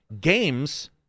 Games